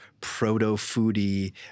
proto-foodie